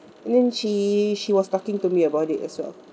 and then she she was talking to me about it as well